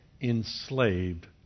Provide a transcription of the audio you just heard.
enslaved